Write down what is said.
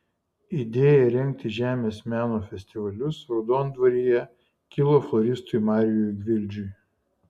idėja rengti žemės meno festivalius raudondvaryje kilo floristui marijui gvildžiui